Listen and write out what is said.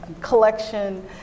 collection